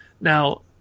Now